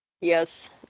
Yes